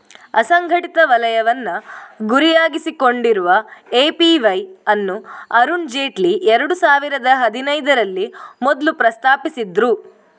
ಅಸಂಘಟಿತ ವಲಯವನ್ನ ಗುರಿಯಾಗಿಸಿಕೊಂಡಿರುವ ಎ.ಪಿ.ವೈ ಅನ್ನು ಅರುಣ್ ಜೇಟ್ಲಿ ಎರಡು ಸಾವಿರದ ಹದಿನೈದರಲ್ಲಿ ಮೊದ್ಲು ಪ್ರಸ್ತಾಪಿಸಿದ್ರು